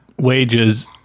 wages